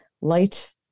Light